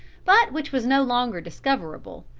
but which was no longer discoverable,